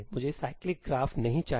मुझे cyclic graph नहीं चाहिए